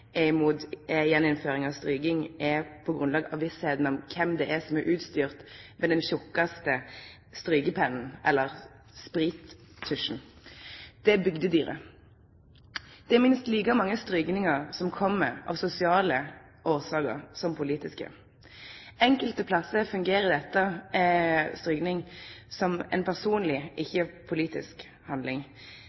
av stryking, er vissa om kven det er som er utstyrt med den tjukkaste sprittusjen: Det er bygdedyret. Minst like mange strykingar kjem av sosiale årsaker som av politiske. Enkelte plassar fungerer stryking som ei personleg, ikkje ei politisk handling.